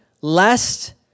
lest